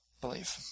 believe